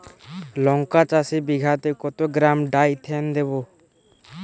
লঙ্কা চাষে বিঘাতে কত গ্রাম ডাইথেন দেবো?